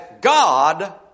God